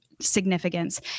significance